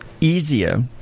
easier